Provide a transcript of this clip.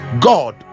God